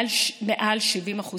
מעל 70%,